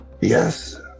Yes